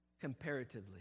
...comparatively